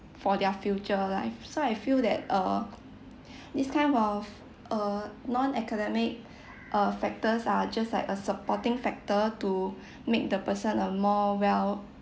for their future life so I feel that err this kind of uh non academic uh factors are just like a supporting factor to make the person a more well